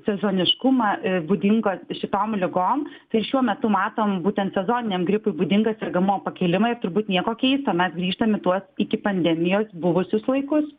sezoniškumą būdingą šitom ligom tai šiuo metu matom būtent sezoniniam gripui būdingą sergamumo pakilimą ir turbūt nieko keisto mes grįžtam į tuos iki pandemijos buvusius laikus